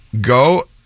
Go